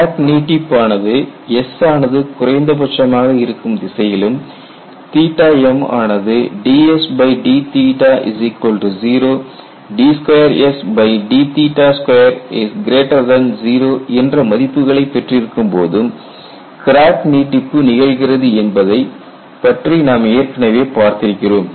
crack நீட்டிப்பானது S ஆனது குறைந்த பட்சமாக இருக்கும் திசையிலும் m ஆனது dSd0 d2Sd20 என்ற மதிப்புகளை பெற்றிருக்கும் போதும் கிராக் நீட்டிப்பு நிகழ்கிறது என்பதைப் பற்றி நாம் ஏற்கனவே பார்த்திருக்கிறோம்